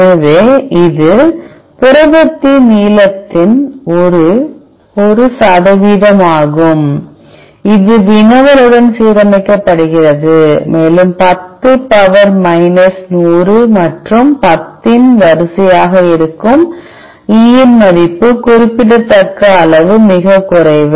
எனவே இது புரதத்தின் நீளத்தின் ஒரு சதவீதமாகும் இது வினவலுடன் சீரமைக்கப்படுகிறது மேலும் 10 பவர் மைனஸ் 100 மற்றும் 10 இன் வரிசையாக இருக்கும் E மதிப்பு குறிப்பிடத்தக்க அளவு மிகக் குறைவு